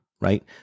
right